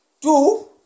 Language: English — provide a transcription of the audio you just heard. Two